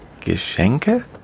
Geschenke